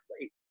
wait